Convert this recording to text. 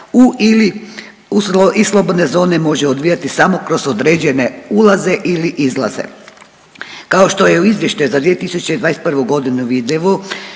u ili i slobodne zone može odvijati samo kroz određene ulaze ili izlaze. Kao što je u Izvještaju za 2021. godinu vidljivo